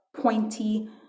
pointy